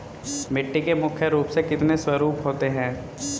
मिट्टी के मुख्य रूप से कितने स्वरूप होते हैं?